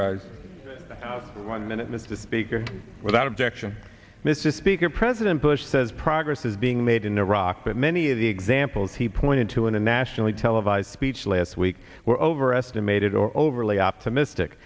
rise one minute mr speaker without objection mrs speaker president bush says progress is being made in iraq but many of the examples he pointed to in a nationally televised speech last week were overestimated or overly optimistic